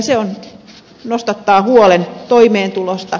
se nostattaa huolen toimeentulosta